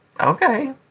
okay